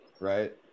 Right